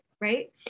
right